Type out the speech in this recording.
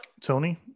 Tony